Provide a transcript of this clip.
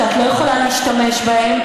שאת לא יכולה להשתמש בהם,